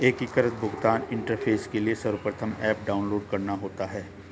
एकीकृत भुगतान इंटरफेस के लिए सर्वप्रथम ऐप डाउनलोड करना होता है